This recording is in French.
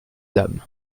dame